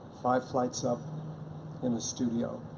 five flights up in the studio.